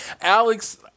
Alex